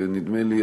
ונדמה לי,